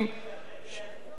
התשס"ט